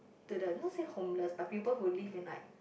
to the not say homeless but people who live in like